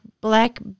black